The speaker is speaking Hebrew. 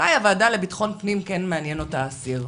אולי הוועדה לביטחון פנים כן מעניין אותה האסיר,